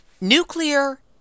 Nuclear